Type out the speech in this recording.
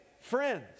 friends